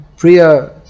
Priya